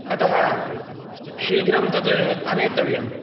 अतः शीघ्रं तत् आनेतव्यं